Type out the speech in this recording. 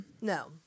no